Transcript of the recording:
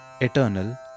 eternal